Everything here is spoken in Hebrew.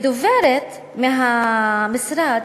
דוברת מהמשרד